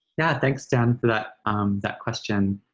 yeah, thanks, dan, for that um that question.